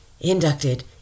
inducted